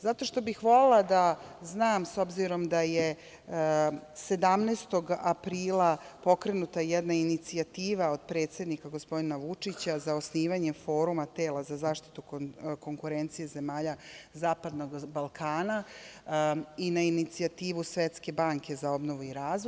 Zato što bih volela da znam, s obzirom da je 17. aprila pokrenuta jedna inicijativa od predsednika, gospodina Vučića, za osnivanje foruma tela za zaštitu konkurencije zemalja zapadnog Balkana i na inicijativu Svetske banke za obnovu i razvoj.